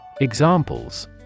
Examples